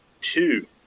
two